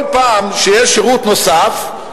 כל פעם שיש שירות נוסף,